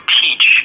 teach